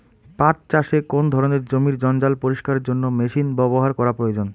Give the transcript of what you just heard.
পাট চাষে কোন ধরনের জমির জঞ্জাল পরিষ্কারের জন্য মেশিন ব্যবহার করা প্রয়োজন?